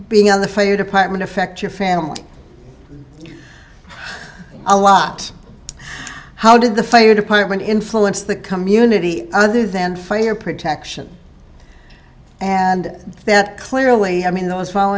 being on the fire department affect your family a lot how did the fire department influence the community other than fire protection and that clearly i mean those